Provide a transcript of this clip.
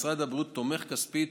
ומשרד הבריאות תומך כספית